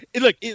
look